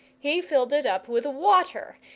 he filled it up with water,